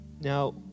Now